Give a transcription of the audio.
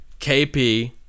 KP